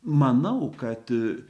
manau kad